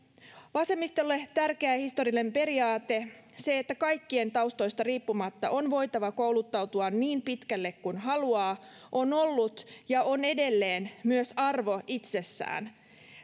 vasemmistolle tärkeä ja historiallinen periaate että kaikkien taustoista riippumatta on voitava kouluttautua niin pitkälle kuin haluaa on ollut ja on edelleen myös arvo itsessään